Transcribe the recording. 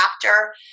chapter